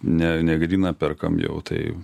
ne negadina perkam jau tai